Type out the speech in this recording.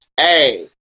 hey